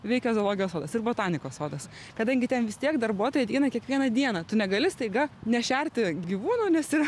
veikia zoologijos sodas ir botanikos sodas kadangi ten vis tiek darbuotojai ateina kiekvieną dieną tu negali staiga nešerti gyvūno nes yra